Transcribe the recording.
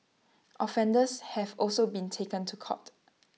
offenders have also been taken to court